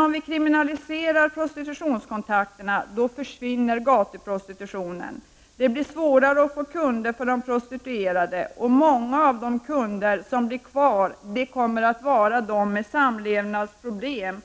Om vi kriminaliserar prostitutionskontakter försvinner gatuprostitutionen. Det blir svårare att få kunder för de prostituerad och många av de kunder som blir kvar är de med samlevnadsproblem,